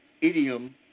idiom